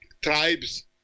tribes